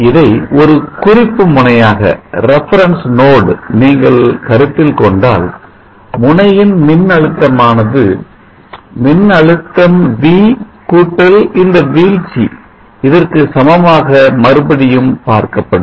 இதை ஒரு குறிப்பு முனையாக நீங்கள் கருத்தில் கொண்டால் முனையின் மின் அழுத்தமானது மின்னழுத்தம் v கூட்டல் இந்த வீழ்ச்சி இதற்கு சமமாக மறுபடியும் பார்க்கப்படும்